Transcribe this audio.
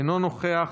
אינו נוכח,